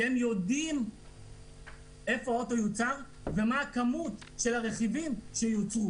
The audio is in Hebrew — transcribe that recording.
כי הם יודעים איפה האוטו יוצר ומה הכמות של הרכיבים שיוצרו.